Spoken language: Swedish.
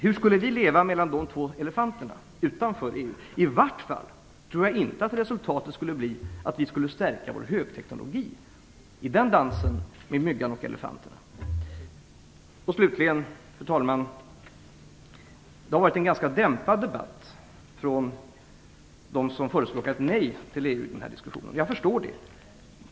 Hur skulle vi leva mellan de två elefanterna, utanför EU? I vart fall tror jag inte att resultatet skulle bli att vi skulle stärka vår högteknologi i den dansen mellan myggan och elefanterna. Slutligen, fru talman, vill jag säga att det i dag har varit en ganska dämpad debatt från dem som förespråkat nej till EU, och jag förstår det.